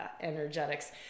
energetics